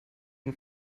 von